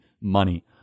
money